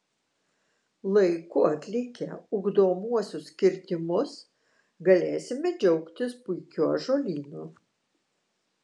laiku atlikę ugdomuosius kirtimus galėsime džiaugtis puikiu ąžuolynu